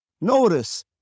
notice